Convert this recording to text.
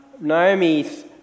Naomi's